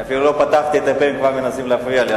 אני אפילו לא פתחתי ואתם כבר מנסים להפריע לי.